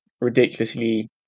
ridiculously